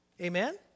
Amen